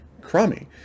crummy